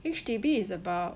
H_D_B is about